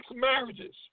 marriages